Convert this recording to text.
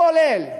כולל